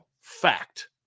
Fact